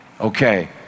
Okay